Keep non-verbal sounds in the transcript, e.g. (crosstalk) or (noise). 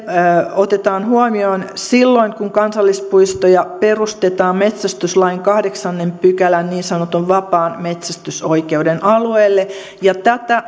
otetaan huomioon silloin kun kansallispuistoja perustetaan metsästyslain kahdeksannen pykälän niin sanotun vapaan metsästysoikeuden alueelle ja tätä (unintelligible)